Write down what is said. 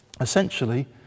essentially